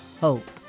hope